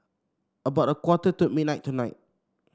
about a quarter to midnight tonight